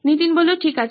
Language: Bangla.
নীতিন ঠিক আছে